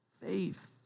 faith